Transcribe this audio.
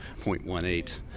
0.18